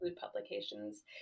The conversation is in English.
publications